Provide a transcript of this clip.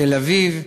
תל-אביב,